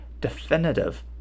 definitive